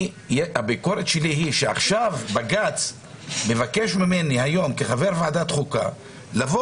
הביקורת שלי היא שעכשיו בג"ץ מבקש ממני היום כחבר ועדת החוקה לבוא